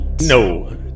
No